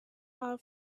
our